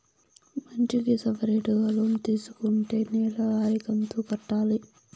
మంచికి సపరేటుగా లోన్ తీసుకుంటే నెల వారి కంతు కట్టాలి